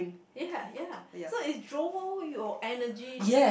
ya ya so it draw all your energy